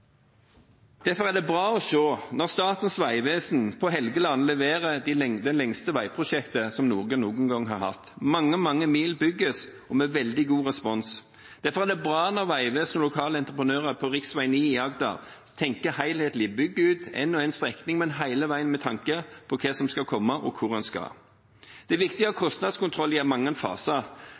Derfor er det bra å se at Statens vegvesen på Helgeland leverer det lengste veiprosjektet som noen noen gang har hatt. Mange, mange mil bygges, og med veldig god respons. Derfor er det bra når Vegvesenets lokale entreprenører på rv. 9 i Agder tenker helhetlig – bygger ut én og én strekning, men hele veien med tanke på hva som skal komme, og hvor man skal. Det er viktig å ha kostnadskontroll gjennom mange faser.